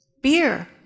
beer